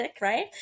right